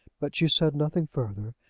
but she said nothing further,